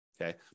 okay